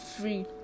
free